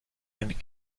and